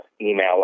email